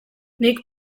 nik